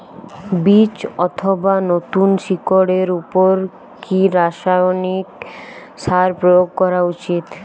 বীজ অথবা নতুন শিকড় এর উপর কি রাসায়ানিক সার প্রয়োগ করা উচিৎ?